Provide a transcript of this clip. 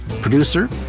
Producer